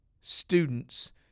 students